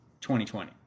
2020